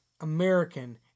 American